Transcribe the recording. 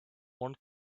one